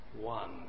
one